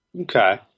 Okay